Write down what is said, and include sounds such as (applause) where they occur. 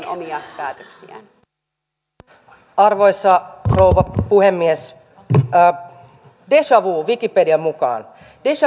(unintelligible) omia päätöksiään arvoisa rouva puhemies deja vu wikipedian mukaan deja (unintelligible)